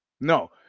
No